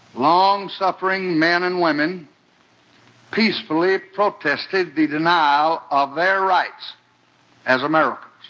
long-suffering men and women peacefully protested the denial of their rights as americans.